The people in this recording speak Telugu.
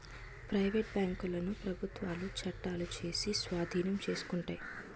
ప్రైవేటు బ్యాంకులను ప్రభుత్వాలు చట్టాలు చేసి స్వాధీనం చేసుకుంటాయి